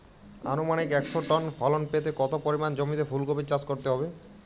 আনুমানিক একশো টন ফলন পেতে কত পরিমাণ জমিতে ফুলকপির চাষ করতে হবে?